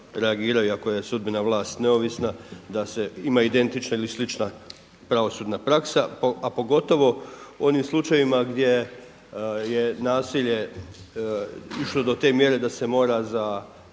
iako je sudbena vlast neovisna da se ima identična ili slična pravosudna praksa. A pogotovo u onim slučajevima gdje je nasilje išlo do te mjere da se mora za